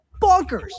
bonkers